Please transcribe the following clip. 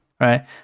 right